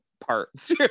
parts